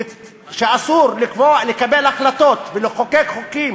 אסור, לקבוע, לקבל החלטות ולחוקק חוקים